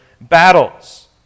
battles